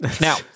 Now